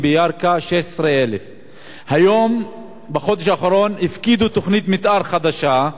בירכא הוא 16,000. בחודש האחרון הפקידו תוכנית מיתאר חדשה,